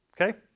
Okay